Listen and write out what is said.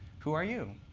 who are you?